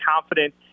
confident